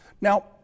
Now